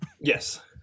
Yes